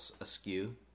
askew